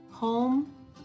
Home